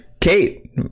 Kate